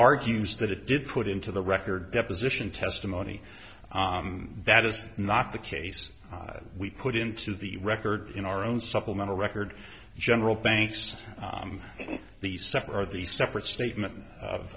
argues that it did put into the record deposition testimony that is not the case we put into the record in our own supplemental record general banks in the summer the separate statement of